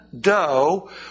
dough